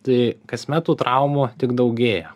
tai kasmet tų traumų tik daugėja